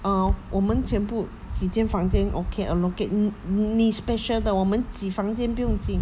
uh 我们全部几间房间 okay allocate 你 special 的我们挤房间不用紧